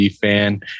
fan